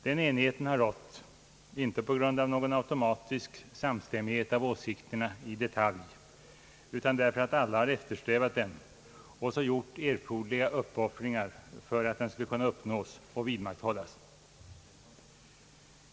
Den enigheten har rått inte på grund av någon automatisk samstämmighet av åsikterna i detalj utan därför att alla har eftersträvat den och så gjort erforderliga uppoffringar för att den skulle kunna uppnås och vidmakthållas.